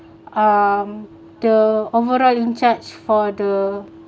um the overall in charge for the